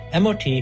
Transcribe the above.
MOT